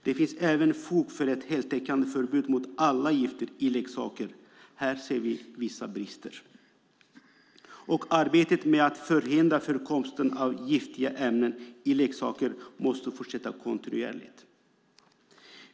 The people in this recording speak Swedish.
Det finns även fog för ett heltäckande förbud mot alla gifter i leksaker. Här ser vi vissa brister. Arbetet med att förhindra förekomsten av giftiga ämnen i leksaker måste fortsätta kontinuerligt.